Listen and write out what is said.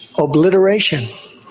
obliteration